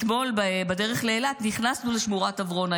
אתמול בדרך לאילת נכנסנו לשמורת עברונה,